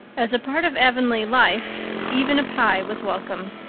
as a part of avonlea life even a pye was welcome.